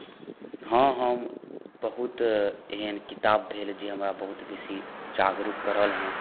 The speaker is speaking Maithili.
हॅं हम बहुत एहन किताब भेल जे हमरा बेसी जागरूक करलहेँ